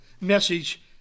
message